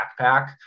backpack